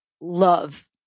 love